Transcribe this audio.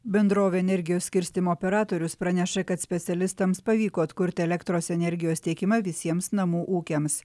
bendrovė energijos skirstymo operatorius praneša kad specialistams pavyko atkurti elektros energijos tiekimą visiems namų ūkiams